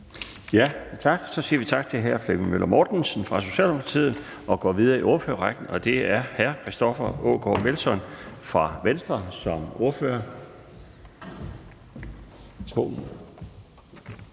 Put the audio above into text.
Laustsen): Så siger vi tak til hr. Flemming Møller Mortensen fra Socialedemokratiet og går videre i ordførerrækken, og det er Christoffer Aagaard Melson fra Venstre. Værsgo.